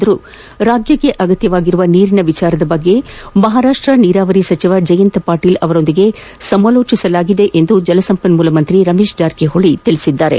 ಆದರೂ ರಾಜ್ಯಕ್ಷೆ ಅಗತ್ಯವಾಗಿರುವ ನೀರಿನ ವಿಷಯ ಕುರಿತು ಮಹಾರಾಷ್ಷದ ನೀರಾವರಿ ಸಚಿವ ಜಯಂತ ಪಾಟೀಲ್ ಅವರೊಂದಿಗೆ ಸಮಾಲೋಟಿಸಲಾಗಿದೆಯೆಂದು ಎಂದು ಜಲಸಂಪನ್ನೂಲ ಸಚಿವ ರಮೇಶ್ ಜಾರಕಿಹೊಳ ತಿಳಿಸಿದ್ದಾರೆ